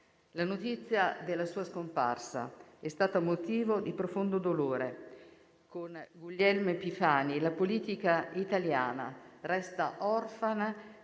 La notizia della sua scomparsa è stata motivo di profondo dolore. Con Guglielmo Epifani la politica italiana resta orfana